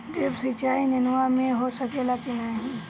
Drip सिंचाई नेनुआ में हो सकेला की नाही?